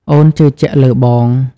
អូនជឿជាក់លើបង។